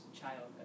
childhood